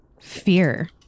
fear